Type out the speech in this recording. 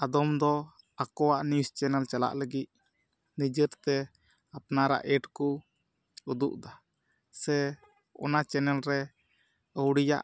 ᱟᱫᱚᱢ ᱫᱚ ᱟᱠᱚᱣᱟᱜ ᱱᱤᱭᱩᱡᱽ ᱪᱮᱱᱮᱞ ᱪᱟᱞᱟᱜ ᱞᱟᱹᱜᱤᱫ ᱱᱤᱡᱮᱛᱮ ᱟᱯᱱᱟᱨᱟᱜ ᱮᱰ ᱠᱚ ᱩᱫᱩᱜ ᱮᱫᱟ ᱥᱮ ᱚᱱᱟ ᱪᱮᱱᱮᱞ ᱨᱮ ᱟᱹᱣᱲᱤᱭᱟᱜ